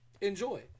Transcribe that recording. Enjoy